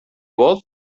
voz